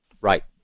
Right